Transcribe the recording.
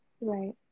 Right